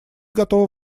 готова